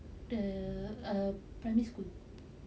the err primary school